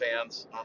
fans